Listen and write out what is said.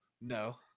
no